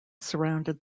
surrounded